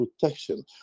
protection